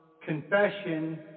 Confession